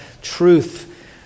truth